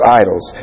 idols